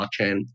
blockchain